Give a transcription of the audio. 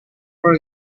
for